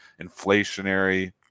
inflationary